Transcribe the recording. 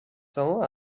cents